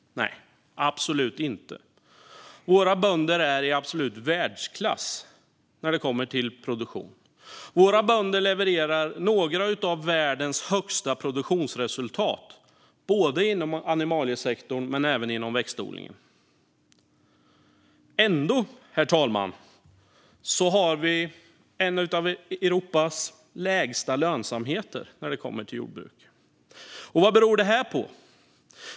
Nej, absolut inte. Våra bönder är i absolut världsklass när det kommer till produktion. Våra bönder levererar några av världens högsta produktionsresultat både inom animaliesektorn och inom växtodlingen. Ändå, herr talman, har vi en av Europas lägsta lönsamheter när det kommer till jordbruk. Vad beror det på?